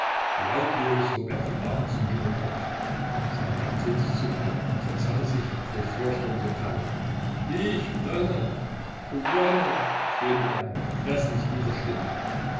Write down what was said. lautlos hob er die arme zum himmel auf sein antlitz zuckte und verzerrte sich vor fürchterlicher pein ich brenne brenne stöhnte er mit gräßlich wilder stimme